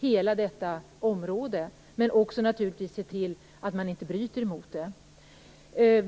hela detta område och att se till att ingen bryter emot det.